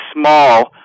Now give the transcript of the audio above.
small